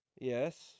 Yes